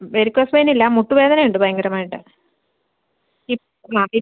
varicose vein ഇല്ല മുട്ടുവേദന ഉണ്ട് ഭയങ്കരമായിട്ട്